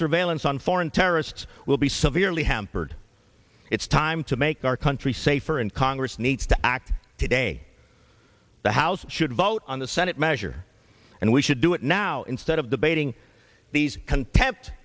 surveillance on foreign terrorists will be severely hampered it's time to make our country safer and congress needs to act today the house should vote on the senate measure and we should do it now instead of debating these contempt